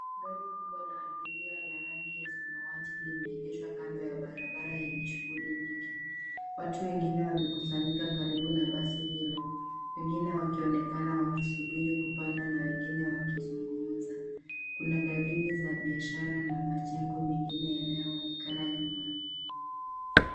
Gari kubwa la abiria la rangi ya samawati limeegeshwa kando ya barabara yenye shuguli nyingi. Watu wengine wamekusanyika karibu na basi hilo , wengine wakionekana wakisubiri kupanda na wengine wakizungumza. Kuna dalili za biashara na majengo mengine yanayoonekana nyuma.